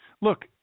Look